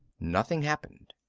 nothing happened.